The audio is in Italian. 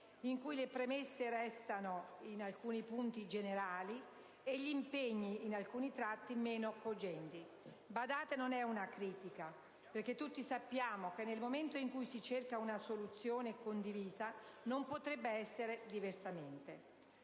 in cui le premesse restano in alcuni punti generali e gli impegni, in alcuni tratti, meno cogenti. Badate, non è una critica, perché tutti sappiamo che nel momento in cui si cerca una soluzione condivisa, non potrebbe essere diversamente.